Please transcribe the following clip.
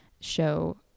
show